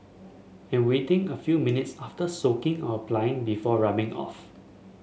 and waiting a few minutes after soaking or applying before rubbing off